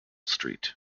street